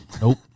Nope